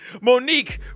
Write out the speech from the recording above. Monique